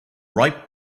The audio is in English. ripe